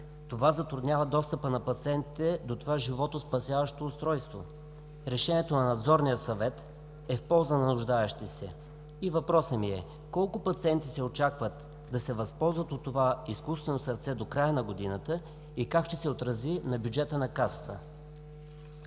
Това затруднява достъпа на пациентите до това животоспасяващо устройство. Решението на Надзорния съвет е в полза на нуждаещите се. Въпросът ми е: колко пациенти се очаква да се възползват от това „изкуствено сърце“ до края на годината и как ще се отрази на бюджета на Касата?